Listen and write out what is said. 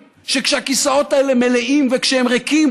שכשהכיסאות האלה מלאים וכשהם ריקים,